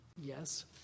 Yes